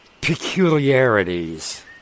peculiarities